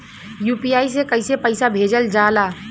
UPI से कइसे पैसा भेजल जाला?